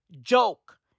joke